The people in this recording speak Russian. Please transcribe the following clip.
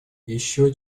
еще